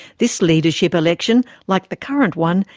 this leadership election, like the current one,